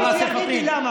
שמישהו יגיד לי למה.